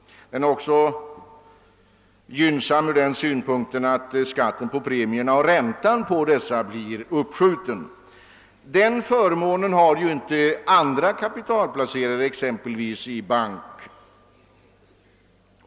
Den är också gynnsam från den synpunkten att skatten på premierna och räntan på dessa uppskjuts. Någon motsvarande förmån har inte andra kapitalplacerare, exempelvis de som placerar kapitalet i bank.